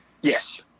Yes